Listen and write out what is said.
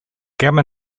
gamma